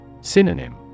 Synonym